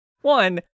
one